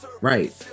Right